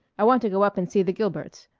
i want to go up and see the gilberts.